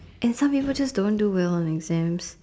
and some people just don't do well on exams